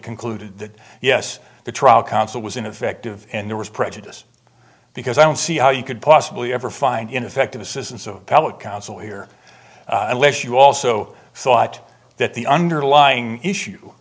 concluded that yes the trial counsel was ineffective and there was prejudice because i don't see how you could possibly ever find ineffective assistance of counsel here unless you also thought that the underlying issue